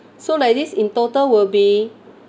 so like this in total will be